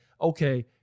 okay